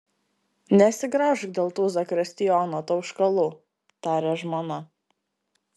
nesigraužk dėl tų zakristijono tauškalų tarė žmona